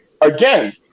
again